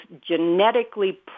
genetically